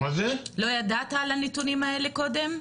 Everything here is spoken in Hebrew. לא ידעת על הנתונים האלה קודם?